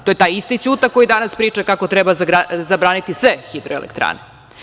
To je danas isti Ćuta koji danas priča kako treba zabraniti sve hidroelektrane.